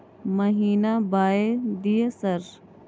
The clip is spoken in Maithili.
महीना बाय दिय सर?